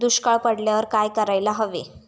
दुष्काळ पडल्यावर काय करायला हवे?